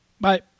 Bye